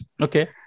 Okay